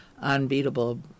unbeatable